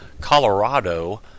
Colorado